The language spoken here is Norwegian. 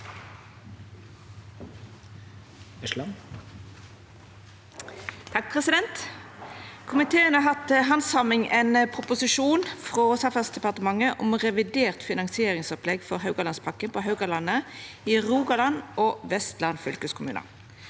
for saka): Komiteen har hatt til handsaming ein proposisjon frå Samferdselsdepartementet om revidert finansieringsopplegg for Haugalandspakken på Haugalandet i Rogaland og Vestland fylkeskommunar.